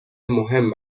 مهم